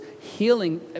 healing